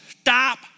stop